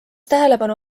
tähelepanu